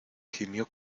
gimió